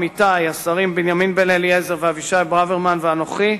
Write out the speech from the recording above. עמיתי השרים בנימין בן-אליעזר ואבישי ברוורמן ואנוכי,